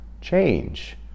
change